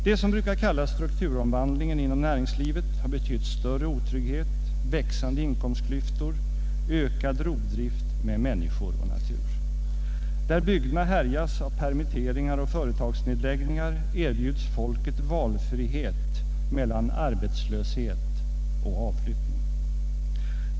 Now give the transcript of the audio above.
Det som brukar kallas strukturomvandlingen inom näringslivet har betytt större otrygghet, växande inkomstklyftor, ökad rovdrift med människor och natur. Där bygderna härjas av permitteringar och företagsnedläggningar erbjuds folket valfrihet mellan arbetslöshet och avflyttning.